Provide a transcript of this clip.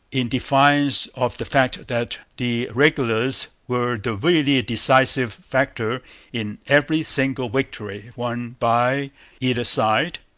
in defiance of the fact that the regulars were the really decisive factor in every single victory won by either side,